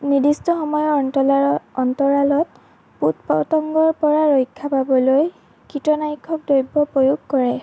নিৰ্দ্দিষ্ট সময়ৰ অন্তলাৰত অন্তৰালত পোক পতংগৰ পৰা ৰক্ষা পাবলৈ কীটনাশক দ্ৰব্য প্ৰয়োগ কৰে